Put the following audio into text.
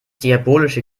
diabolische